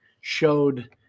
showed